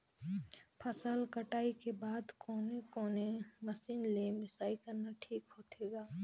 फसल कटाई के बाद कोने कोने मशीन ले मिसाई करना ठीक होथे ग?